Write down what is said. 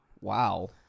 Wow